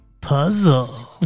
puzzle